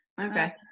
Okay